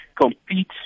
compete